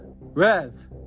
Rev